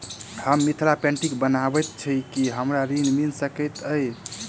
हम मिथिला पेंटिग बनाबैत छी की हमरा ऋण मिल सकैत अई?